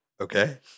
Okay